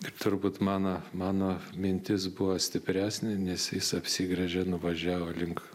ir turbūt mano mano mintis buvo stipresnė nes jis apsigręžė nuvažiavo link